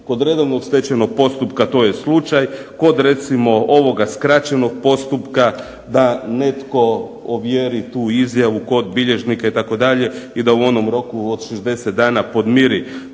Kod redovnog stečajnog postupka to je slučaj, kod recimo ovoga skraćenog postupka da netko ovjeri tu izjavu kod bilježnika itd. i da u onom roku od 60 dana podmiri